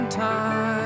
time